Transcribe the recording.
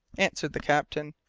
answered the captain,